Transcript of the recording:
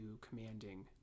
commanding